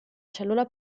cellula